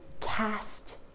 cast